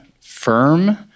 firm